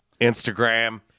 Instagram